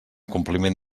compliment